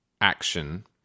action